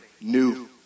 new